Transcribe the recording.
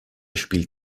spielt